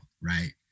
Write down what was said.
right